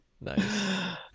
Nice